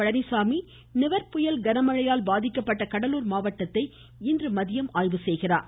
பழனிச்சாமி நிவர் புயல் கன மழையால் பாதிக்கப்பட்ட கடலூர் மாவட்டத்தை இன்று ஆய்வு செய்கிறார்